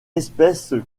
espèce